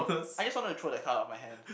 I just want to throw that card off my hand